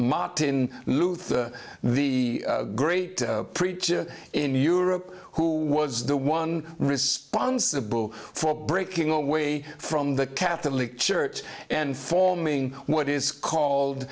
martin luther the great preacher in europe who was the one responsible for breaking away from the catholic church and forming what is called